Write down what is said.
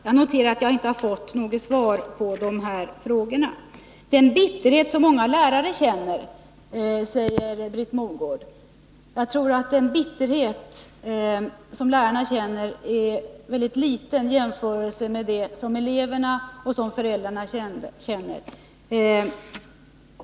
Jag noterar att jag inte har fått några svar på dessa frågor. Britt Mogård talade om den bitterhet som många lärare känner. Jag tror att den bitterheten är mycket liten i jämförelse med den som eleverna och föräldrarna känner.